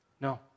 No